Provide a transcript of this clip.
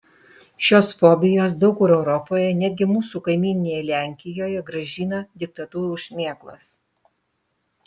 šios fobijos daug kur europoje netgi mūsų kaimyninėje lenkijoje grąžina diktatūrų šmėklas